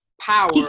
power